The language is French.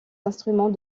instruments